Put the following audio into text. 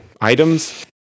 Items